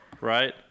Right